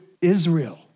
Israel